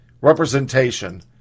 representation